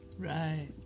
Right